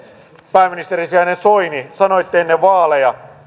pääministerin sijainen soini sanoitte ennen vaaleja